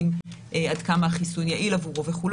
עד כמה החיסון יעיל עבורו וכו'.